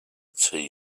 tea